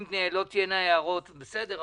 אם לא תהיינה הערות, בסדר.